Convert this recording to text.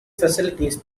facilities